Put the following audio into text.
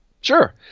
Sure